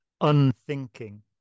unthinking